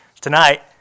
Tonight